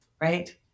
right